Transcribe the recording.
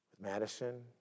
Madison